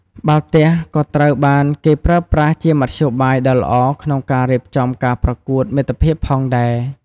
បាល់ទះក៏ត្រូវបានគេប្រើប្រាស់ជាមធ្យោបាយដ៏ល្អក្នុងការរៀបចំការប្រកួតមិត្តភាពផងដែរ។